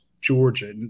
Georgia